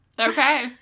okay